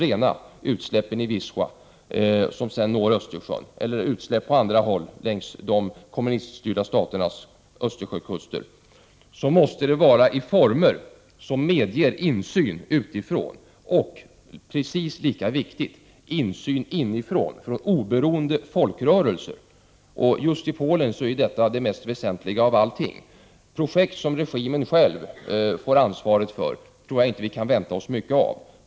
rena utsläpp i Wisla som sedan når Östersjön eller utsläpp på andra håll längs de kommuniststyrda staternas Östersjökuster, måste detta ske i former som medger insyn utifrån och, vilket är precis lika viktigt, insyn inifrån, från oberoende folkrörelser. Just i Polen är detta det mest väsentliga. Projekt som regimen själv får ansvaret för tror jag inte att vi kan vänta oss mycket av.